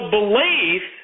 belief